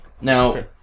Now